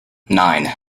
nine